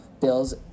Bills